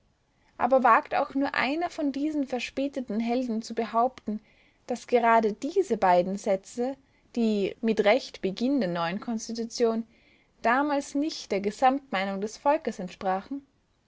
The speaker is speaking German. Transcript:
aber wagt auch nur einer von diesen verspäteten helden zu behaupten daß gerade diese beiden sätze mit recht beginn der neuen konstitution damals nicht der gesamtmeinung des volkes entsprachen